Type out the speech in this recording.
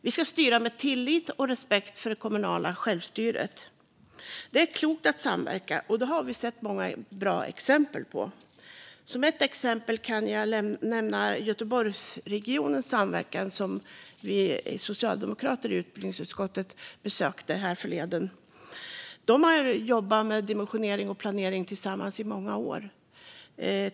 Vi ska styra med tillit och respekt för det kommunala självstyret. Det är klokt att samverka. Det har vi sett många exempel på. Jag kan nämna Göteborgsregionens samverkan. Vi socialdemokrater i utbildningsutskottet besökte dem härförleden. De har jobbat med dimensionering och planering tillsammans i många år.